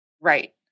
Right